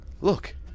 Look